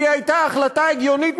והיא הייתה החלטה הגיונית,